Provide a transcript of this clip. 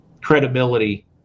credibility